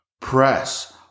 Press